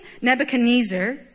Nebuchadnezzar